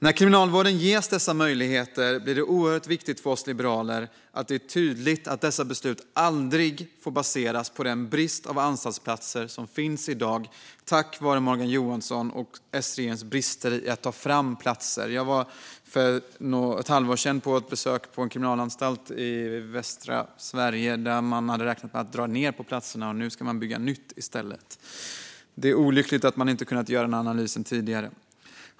När Kriminalvården ges dessa möjligheter blir det oerhört viktigt för oss liberaler att det är tydligt att dessa beslut aldrig får baseras på den brist på anstaltsplatser som råder i dag, på grund av Morgan Johanssons och Sregeringens brister när det gäller att ta fram platser. Jag besökte för ett halvår sedan en kriminalvårdsanstalt i västra Sverige där man hade räknat med att dra ned på platserna, och nu ska man bygga nytt i stället. Det är olyckligt att denna analys inte kunnat göras tidigare.